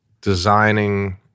designing –